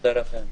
תודה לכם.